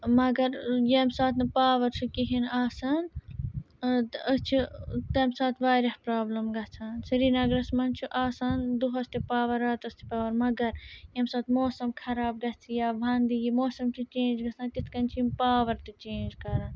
مگر ییٚمہِ ساتہٕ نہٕ پاوَر چھُ کِہیٖنۍ آسان تہٕ أسۍ چھِ تَمہِ ساتہٕ واریاہ پرٛابلِم گژھان سرینَگرَس منٛز چھُ آسان دۄہَس تہِ پاوَر راتَس تہِ پاوَر مگر ییٚمہِ ساتہٕ موسَم خراب گَژھِ یا وَندٕ یی موسَم چھُ چینٛج گَژھان تِتھ کٔنۍ چھِ یِم پاوَر تہِ چینٛج کَران